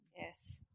Yes